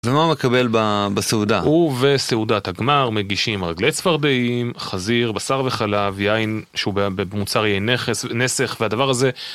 אז מה הוא מקבל בסעודה? ובסעודת הגמר, מגישים רגלי צפרדעים, חזיר, בשר וחלב, יין שהוא במוצר יהיה נסך והדבר הזה